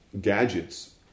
gadgets